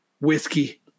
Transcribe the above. Whiskey